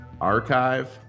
Archive